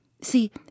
see